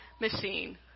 machine